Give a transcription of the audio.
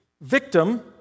victim